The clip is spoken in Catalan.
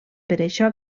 això